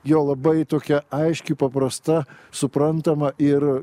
jo labai tokia aiški paprasta suprantama ir